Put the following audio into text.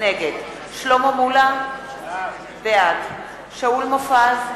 נגד שלמה מולה, בעד שאול מופז,